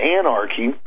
anarchy